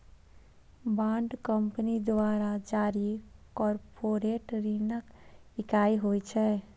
bond company द्वारा जारी corporate ऋणक इकाइ होइ छै